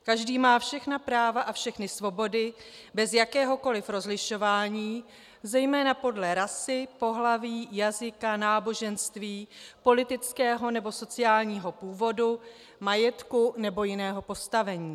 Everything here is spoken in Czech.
Každý má všechna práva a všechny svobody bez jakéhokoli rozlišování, zejména podle rasy, pohlaví, jazyka, náboženství, politického nebo sociálního původu, majetku nebo jiného postavení.